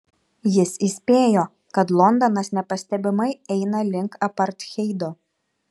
jis įspėjo kad londonas nepastebimai eina link apartheido